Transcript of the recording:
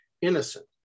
Innocent